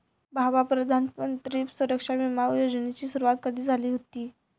भावा, प्रधानमंत्री सुरक्षा बिमा योजनेची सुरुवात कधी झाली हुती